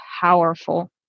powerful